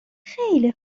خیلی